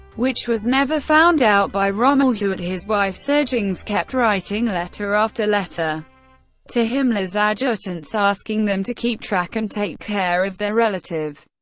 which was never found out by rommel who, at his wife's urgings, kept writing letter after letter to himmler's adjutants asking them to keep track and take care of their relative.